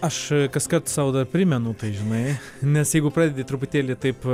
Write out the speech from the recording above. aš kaskart sau primenu tai žinai nes jeigu pradedi truputėlį taip